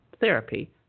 therapy